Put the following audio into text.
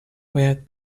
باید